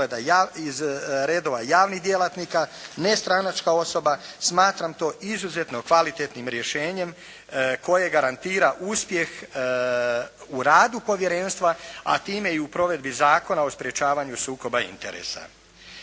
iz redova javnih djelatnika nestranačka osoba smatram to izuzetno kvalitetnim rješenjem koje garantira uspjeh u radu povjerenstva a time i u provedbi Zakona o sprječavanju sukoba interesa.